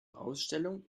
ausstellung